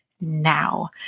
now